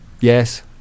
Yes